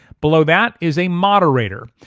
below that is a moderator.